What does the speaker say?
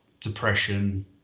depression